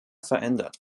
verändert